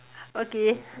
okay